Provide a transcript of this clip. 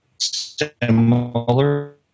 similar